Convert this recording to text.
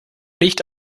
nicht